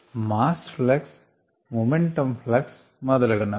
mass flux momentum flux మొదలగునవి